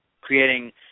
creating